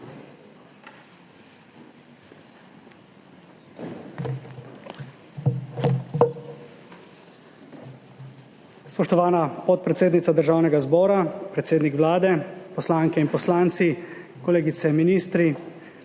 Spoštovana podpredsednica Državnega zbora, predsednik Vlade, poslanke in poslanci, kolegice ministrice